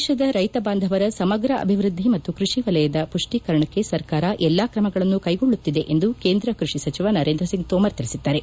ದೇಶದ ರೈತ ಬಾಂಧವರ ಸಮಗ್ರ ಅಭಿವ್ವದ್ದಿ ಮತ್ತು ಕೃಷಿ ವಲಯದ ಪುಷ್ಷೀಕರಣಕ್ಕೆ ಸರ್ಕಾರ ಎಲ್ಲಾ ಕ್ರಮಗಳನ್ನು ಕೈಗೊಳ್ಳುತ್ತಿದೆ ಎಂದು ಕೇಂದ್ರ ಕ್ಪಡಿ ಸಚಿವ ನರೇಂದ್ರ ಸಿಂಗ್ ತೋಮರ್ ತಿಳಿಸಿದ್ದಾರೆ